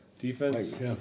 Defense